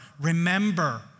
remember